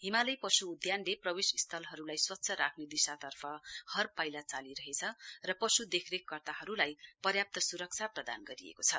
हिमालय पशु उद्यानले प्रवेशस्थलहरूलाई स्वच्छ राख्ने दिशातर्फ हर पाइला चालिरहेछ र पशु देखरेखकर्ताहरूलाई पर्याप्त सुरक्षा प्रदान गरिएको छ